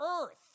Earth